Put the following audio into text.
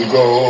go